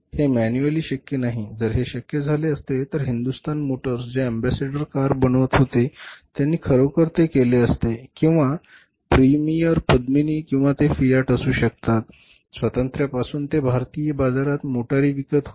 हे मॅन्युअली शक्य नाही जर हे शक्य झाले असते तर हिंदुस्तान मोटर्स जे अॅम्बेसेडर कार बनवत होते त्यांनी खरोखर ते केले असते किंवा प्रीमियर पद्मिनी किंवा ते फियाट असू शकतात स्वातंत्र्यापासून ते भारतीय बाजारात मोटारी विकत होते